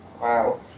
Wow